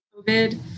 COVID